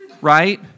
right